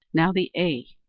now the a.